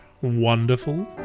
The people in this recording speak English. Wonderful